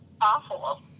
awful